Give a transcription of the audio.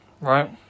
right